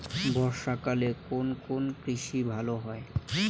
বর্ষা কালে কোন কোন কৃষি ভালো হয়?